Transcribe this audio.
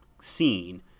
scene